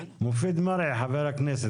מופיד מרעי חבר הכנסת